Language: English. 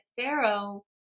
Pharaoh